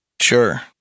Sure